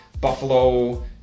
Buffalo